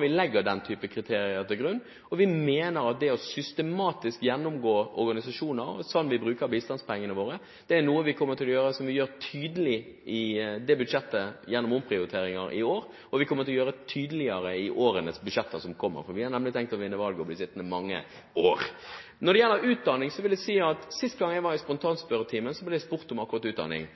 vi legger den typen kriterier til grunn, og vi mener at systematisk å gjennomgå de organisasjonene som vi bruker bistandspengene våre på, kommer vi til å tydeliggjøre i årets budsjett gjennom omprioriteringer, og som vi kommer til å gjøre tydeligere i budsjettene i årene som kommer. Vi har nemlig tenkt å vinne valget og bli sittende i mange år. Når det gjelder utdanning, vil jeg si at sist gang jeg var i spontanspørretimen ble jeg spurt om akkurat utdanning,